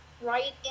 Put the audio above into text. right